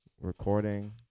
recording